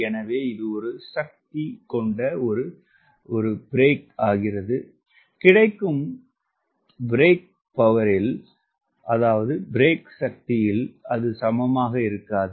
எனவே இது ஒரு சக்தி பிரேக் ஆகிறது கிடைக்கும் சக்தி பிரேக்கில் சக்திக்கு சமமாக இருக்காது